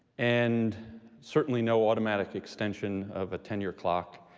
and certainly no automatic extension of a tenure clock.